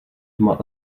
tma